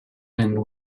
and